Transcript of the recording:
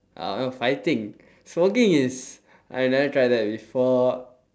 uh fighting smoking is I never try that before